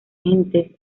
gentes